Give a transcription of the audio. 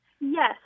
Yes